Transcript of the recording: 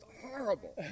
horrible